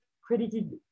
credited